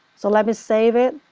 so let me save it,